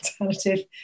alternative